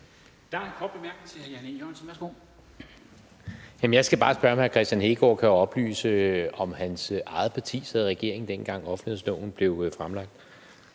Jørgensen. Værsgo. Kl. 14:07 Jan E. Jørgensen (V): Jeg skal bare spørge, om hr. Kristian Hegaard kan oplyse, om hans eget parti sad i regering, dengang offentlighedsloven blev fremsat.